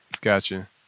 Gotcha